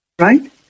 Right